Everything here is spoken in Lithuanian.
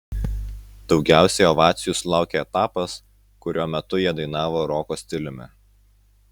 daugiausiai ovacijų sulaukė etapas kurio metu jie dainavo roko stiliumi